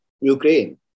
Ukraine